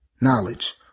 knowledge